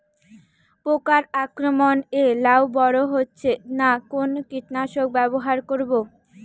পোকার আক্রমণ এ লাউ বড় হচ্ছে না কোন কীটনাশক ব্যবহার করব?